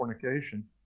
fornication